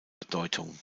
bedeutung